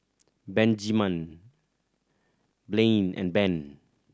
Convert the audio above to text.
Benjiman Blaine and Ben